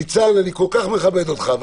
ניצן, אני כל כך מכבד אותך.